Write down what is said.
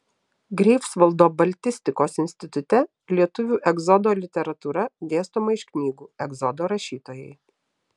greifsvaldo baltistikos institute lietuvių egzodo literatūra dėstoma iš knygų egzodo rašytojai